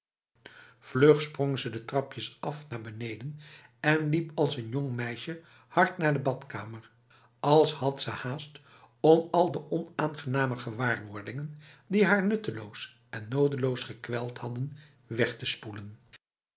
vlug sprong ze de trapjes af naar beneden en liep als een jong meisje hard naar de badkamer als had ze haast om al de onaangename gewaarwordingen die haar nutteloos en nodeloos gekweld hadden weg te spoelen